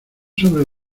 sobre